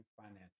financial